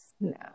No